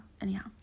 anyhow